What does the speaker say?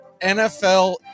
NFL